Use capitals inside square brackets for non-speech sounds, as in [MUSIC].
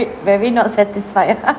very not satisfied ah [LAUGHS]